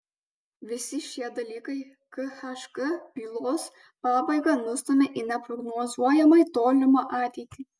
visi šie dalykai khk bylos pabaigą nustumia į neprognozuojamai tolimą ateitį